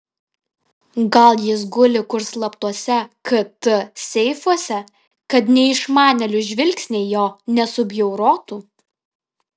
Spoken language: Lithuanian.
gal jis guli kur slaptuose kt seifuose kad neišmanėlių žvilgsniai jo nesubjaurotų